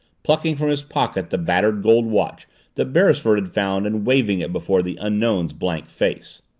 plucking from his pocket the battered gold watch that beresford had found and waving it before the unknown's blank face.